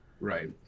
Right